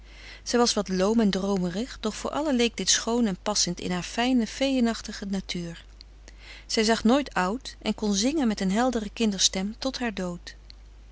zij was wat loom en droomerig doch voor allen leek dit schoon en passend in haar fijne feeënachtige natuur zij zag nooit oud en kon zingen met een heldere kinderstem tot haar dood